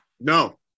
No